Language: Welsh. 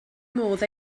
modd